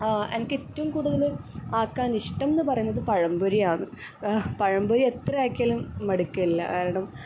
ഏനക്കേറ്റവും കൂടുതല് ആക്കാനിഷ്ടം എന്ന് പറയുന്നത് പഴംപൊരിയാന്ന് പഴം പൊരി എത്ര ആക്കിയാലും മടുക്കില്ല കാരണം